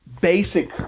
basic